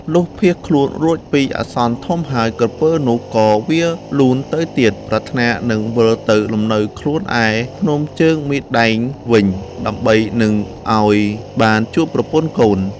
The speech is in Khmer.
លុះភៀសខ្លួនរួចពីអាសន្នធំហើយ ក្រពើនោះក៏វារលូនទៅទៀត ប្រាថ្នានឹងវិលទៅលំនៅខ្លួនឯភ្នំជើងមីដែងវិញ ដើម្បីនឹងឱ្យបានជួបប្រពន្ធកូន។